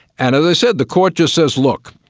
and as i said, the court just says, look,